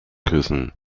küssen